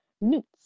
newts